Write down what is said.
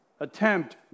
Attempt